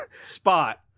spot